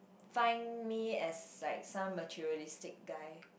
find me as like some materialistic guy